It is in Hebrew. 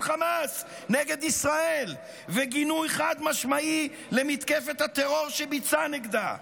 חמאס נגד ישראל וגינוי חד-משמעי למתקפת הטרור שביצע נגדה,